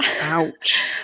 Ouch